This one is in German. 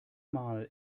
mal